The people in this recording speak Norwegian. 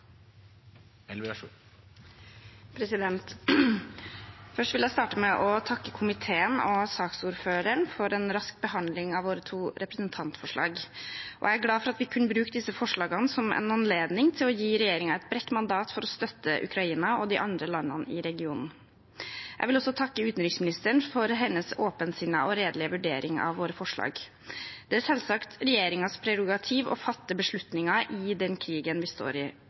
en anledning til å gi regjeringen et bredt mandat for å støtte Ukraina og de andre landene i regionen. Jeg vil også takke utenriksministeren for hennes åpensinnede og redelige vurdering av våre forslag. Det er selvsagt regjeringens prerogativ å fatte beslutninger i den krigen vi står i.